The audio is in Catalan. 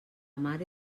mare